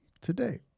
today